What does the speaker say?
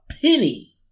penny